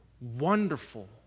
wonderful